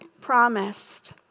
promised